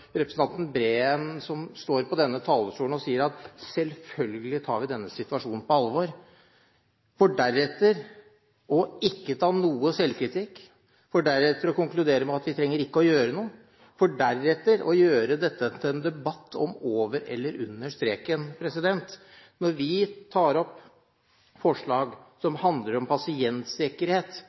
representanten Breen. Han står på denne talerstolen og sier at selvfølgelig tar man denne situasjonen på alvor, for deretter ikke å ta noe selvkritikk, for deretter å konkludere med at vi ikke trenger å gjøre noe, og for deretter å gjøre dette til en debatt om over eller under streken. Når vi tar opp forslag som handler om pasientsikkerhet